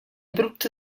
brutto